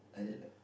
I don't know